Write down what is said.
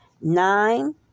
nine